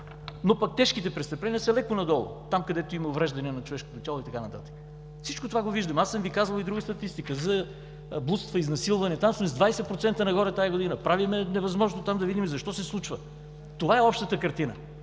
но пък тежките престъпления са леко надолу – там, където има увреждания на човешкото тяло и така нататък. Всичко това го виждаме. Аз съм Ви казвал и друга статистика – за блудства, за изнасилване. Там сме с 20% нагоре тази година. Правим невъзможното, за да видим там защо се случва. Това е общата картина,